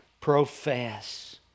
profess